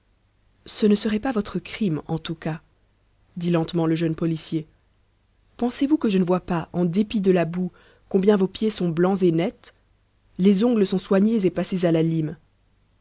ce ne serait pas votre crime en tout cas dit lentement le jeune policier pensez-vous que je ne vois pas en dépit de la boue combien vos pieds sont blancs et nets les ongles sont soignés et passés à la lime